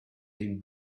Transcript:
been